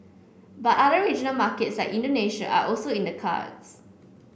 but other regional markets like Indonesia are also in the cards